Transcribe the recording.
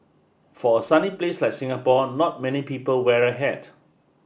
for a sunny place like Singapore not many people wear a hat